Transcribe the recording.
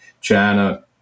China –